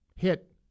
Hit